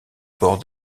port